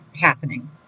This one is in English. happening